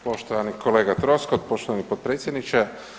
Poštovani kolega Troskot, poštovani potpredsjedniče.